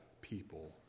people